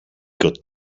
got